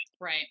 Right